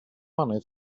money